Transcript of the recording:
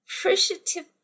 appreciative